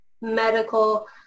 medical